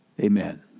Amen